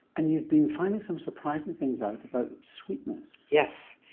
and you've been finding some surprising things out about sweetness. yes.